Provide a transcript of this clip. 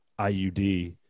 IUD